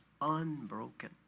unbroken